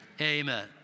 Amen